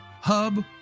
Hub